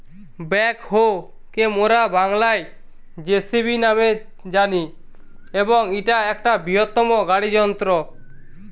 backhoe কে মোরা বাংলায় যেসিবি ন্যামে জানি এবং ইটা একটা বৃহত্তম গাড়ি যন্ত্র